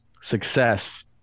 success